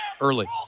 early